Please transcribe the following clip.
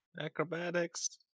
Acrobatics